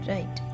Right